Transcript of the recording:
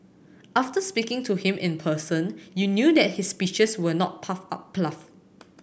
after speaking to him in person you knew that his speeches were not puffed up fluff